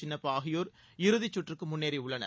சின்னப்பா ஆகியோர் இறுதி சுற்றுக்கு முன்னேறியுள்ளனர்